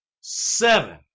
seven